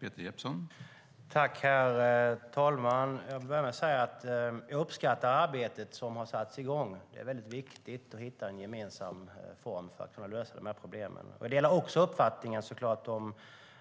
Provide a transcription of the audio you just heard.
Herr talman! Jag uppskattar det arbete som har satts i gång. Det är viktigt att hitta en gemensam form för att kunna lösa problemen. Jag delar såklart också uppfattningen